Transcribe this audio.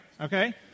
Okay